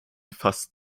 fast